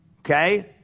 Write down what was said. okay